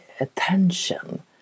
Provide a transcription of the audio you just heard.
attention